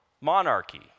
monarchy